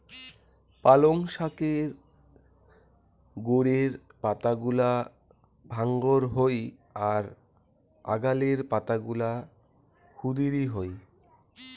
পালঙ শাকের গোড়ের পাতাগুলা ডাঙর হই আর আগালের পাতাগুলা ক্ষুদিরী হয়